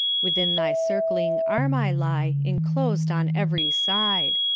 within thy circling arm i lie, inclosed on every side.